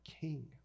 king